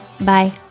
Bye